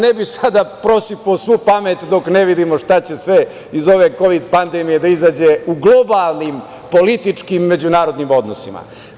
Ne bih sada prosipao svu pamet dok ne vidimo šta će sve iz ove kovid pandemije da izađe u globalnim političkim međunarodnim odnosima.